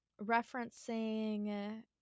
referencing